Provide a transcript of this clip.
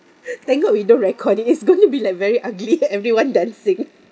thank god we don't record it it's going to be like very ugly everyone dancing